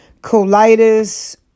colitis